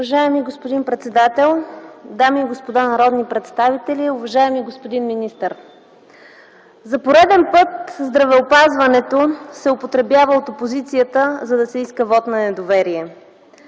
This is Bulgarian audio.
Уважаеми господин председател, дами и господа народни представители, уважаеми господин министър! За пореден път здравеопазването се употребява от опозицията, за да се иска вот на недоверие.